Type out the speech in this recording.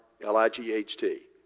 L-I-G-H-T